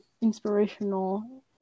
inspirational